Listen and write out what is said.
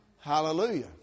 Hallelujah